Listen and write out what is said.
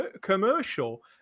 commercial